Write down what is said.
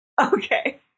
Okay